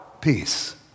peace